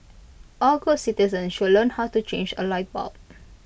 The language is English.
all good citizens should learn how to change A light bulb